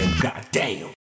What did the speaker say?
Goddamn